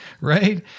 Right